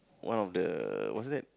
one of the wasn't that